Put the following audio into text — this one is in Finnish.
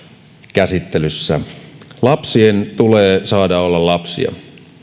käsittelyssä lapsien tulee saada olla lapsia